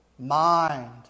mind